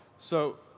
so,